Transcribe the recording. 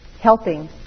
helping